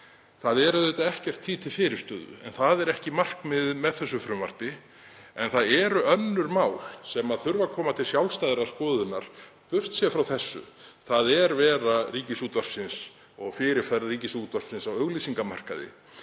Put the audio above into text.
Það er auðvitað ekkert því til fyrirstöðu. Það er ekki markmiðið með þessari tillögu en það eru önnur mál sem þurfa að koma til sjálfstæðrar skoðunar burt séð frá þessu, það er vera Ríkisútvarpsins og fyrirferð Ríkisútvarpsins á auglýsingamarkaði